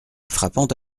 frappant